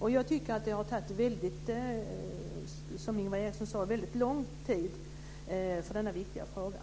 Jag tycker att det har tagit väldigt lång tid, som Ingvar Eriksson sade, för denna viktiga fråga.